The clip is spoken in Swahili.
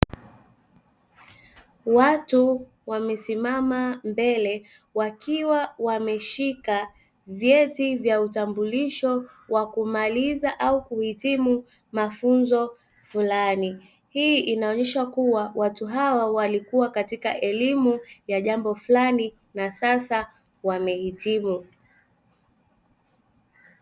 Watu wamesimama mbele wakiwa wameshika vyeti vya utambulisho vya kumaliza au kuhitimu mafunzo fulani. Hii inaonyesha kuwa watu hawa walikuwa katika elimu ya jambo fulani na sasa wamehitimu.